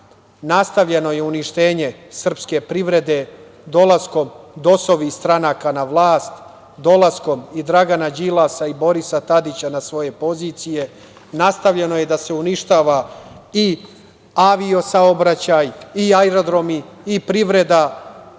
nastavljeno je uništenje srpske privrede dolaskom DOS-ovih stranaka na vlast, dolaskom i Dragana Đilasa i Borisa Tadića na svoje pozicije. Nastavljeno je da se uništava i avio-saobraćaj i aerodromi i privreda.